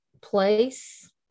place